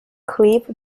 clive